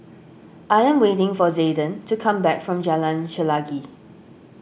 I am waiting for Zayden to come back from Jalan Chelagi